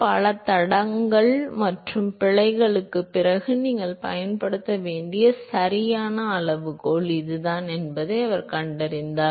பல தடங்கள் மற்றும் பிழைகளுக்குப் பிறகு நீங்கள் பயன்படுத்த வேண்டிய சரியான அளவுகோல் இதுதான் என்பதை அவர் கண்டறிந்தார்